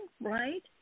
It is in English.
right